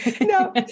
No